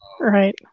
right